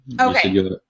Okay